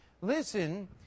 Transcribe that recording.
listen